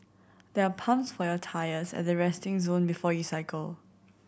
there are pumps for your tyres at the resting zone before you cycle